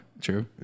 True